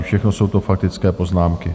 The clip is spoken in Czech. Všechno jsou to faktické poznámky.